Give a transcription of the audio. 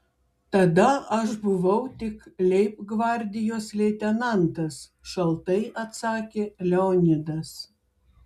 tada aš buvau tik leibgvardijos leitenantas šaltai atsakė leonidas